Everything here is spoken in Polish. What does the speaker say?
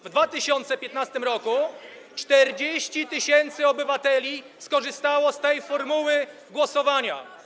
W 2015 r. 40 tys. obywateli skorzystało z tej formy głosowania.